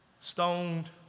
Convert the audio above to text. stoned